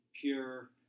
pure